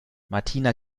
martina